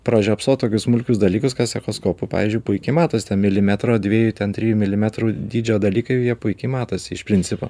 pražiopsot tokius smulkius dalykus kas su echoskopu pavyzdžiui puikiai matos milimetro dviejų ten trijų milimetrų dydžio dalykai jie puikiai matosi iš principo